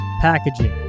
packaging